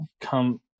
come